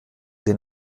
den